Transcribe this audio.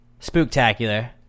spooktacular